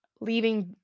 leaving